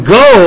go